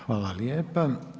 Hvala lijepa.